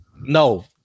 no